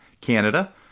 Canada